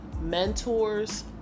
mentors